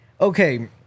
Okay